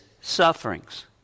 sufferings